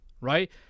right